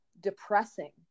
depressing